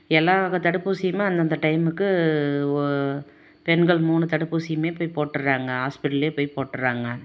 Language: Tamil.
எல்லா தடுப்பூசியுமே அந்தந்த டைமுக்கு ஓ பெண்கள் மூணு தடுப்பூசியுமே போயி போட்டுடறாங்க ஹாஸ்பிட்டலில் போய் போட்டுடறாங்க